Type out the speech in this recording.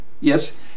Yes